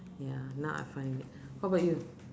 ya now I find it how about you